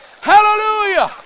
hallelujah